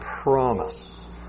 promise